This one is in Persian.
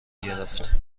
گرفت